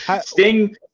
sting